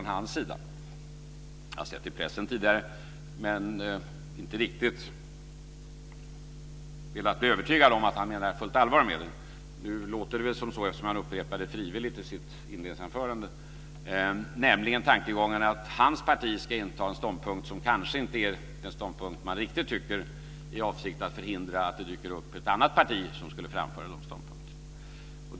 Jag har sett det i pressen tidigare, men inte riktigt velat bli övertygad om att han menar det på fullt allvar. Nu låter det väl som så, eftersom han upprepar det frivilligt i sitt inledningsanförande. Det gäller tankegången att hans parti ska inta en ståndpunkt som kanske inte är den ståndpunkt man riktigt står bakom i avsikt att förhindra att det dyker upp ett annat parti som skulle framföra den ståndpunkten.